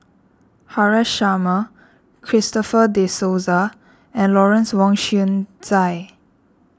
Haresh Sharma Christopher De Souza and Lawrence Wong Shyun Tsai